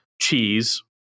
cheese